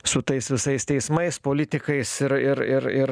su tais visais teismais politikais ir ir ir ir